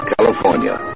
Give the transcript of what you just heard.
California